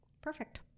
Perfect